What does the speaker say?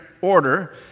order